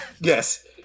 Yes